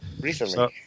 recently